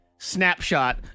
Snapshot